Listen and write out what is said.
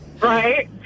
Right